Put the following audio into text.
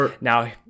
now